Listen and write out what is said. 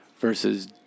versus